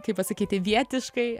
kaip pasakyti vietiškai